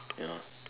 ya